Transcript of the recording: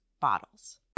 bottles